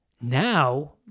Now